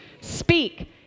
Speak